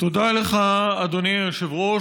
תודה לך, אדוני היושב-ראש.